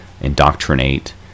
indoctrinate